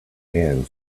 and